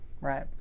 Right